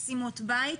משימות בית?